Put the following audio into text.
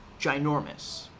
ginormous